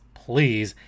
please